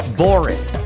boring